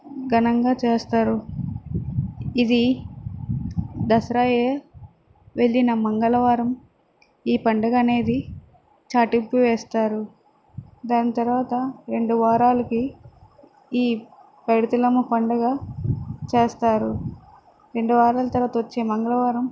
ఘనంగా చేస్తారు ఇది దసరా వెళ్లిన మంగళవారం ఈ పండుగ అనేది చాటింపు వేస్తారు దాని తర్వాత రెండు వారాలకి ఈ పైడితల్లి అమ్మ పండుగ చేస్తారు రెండు వారాల తర్వాత వచ్చే మంగళవారం